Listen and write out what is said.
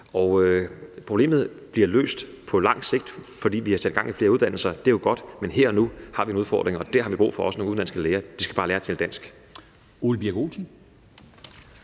Problemet bliver løst på lang sigt, fordi vi har sat gang i flere uddannelser, og det er jo godt, men her og nu har vi en udfordring, og der har vi brug for også nogle udenlandske læger – de skal bare lære at tale dansk. Kl.